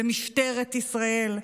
במשטרת ישראל,